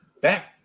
back